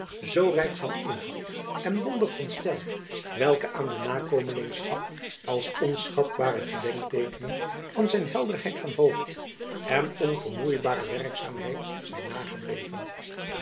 zoo rijk van inhoud en bondig van stijl welke aan de nakomelingschap als onschatbare gedenkteekenen van zijn helderheid van hoofd en onvermoeibare werkzaamheid zijn nagebleven